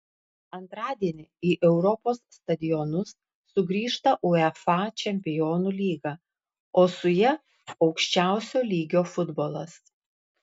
antradienį į europos stadionus sugrįžta uefa čempionų lyga o su ja aukščiausio lygio futbolas